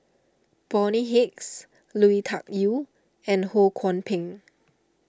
Bonny Hicks Lui Tuck Yew and Ho Kwon Ping